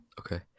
Okay